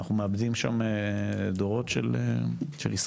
אנחנו מאבדים שם דורות של ישראלים.